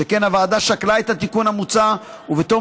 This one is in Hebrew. שכן הוועדה שקלה את התיקון המוצע ובתום